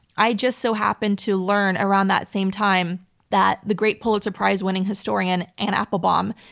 i just so happened to learn around that same time that the great pulitzer prize-winning historian, anne applebaum,